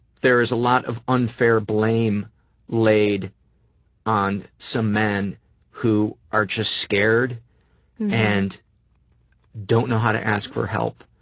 there's a lot of unfair blame laid on some men who are just scared and don't know how to ask for help,